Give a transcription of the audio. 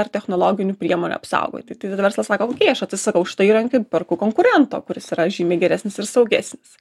ar technologinių priemonių apsaugoti tik tada verslas sako aš atsisakau šito įrankip perku konkurento kuris yra žymiai geresnis ir saugesnis